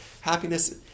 happiness